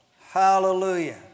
Hallelujah